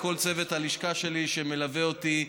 לכל צוות הלשכה שלי שמלווה אותי: